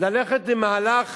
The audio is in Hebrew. ללכת למהלך